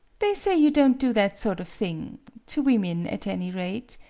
they say you don't do that sort of thing to women, at any rate.